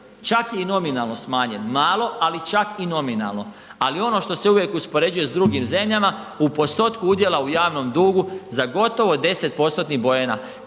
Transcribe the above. je i nominalno smanjen, malo, ali čak i nominalno. Ali ono što se uvijek uspoređuje s drugim zemljama u postotku udjela u javnom dugu za gotovo 10%-tnih